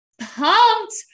pumped